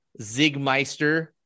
Zigmeister